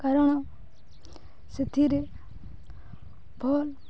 କାରଣ ସେଥିରେ ଭଲ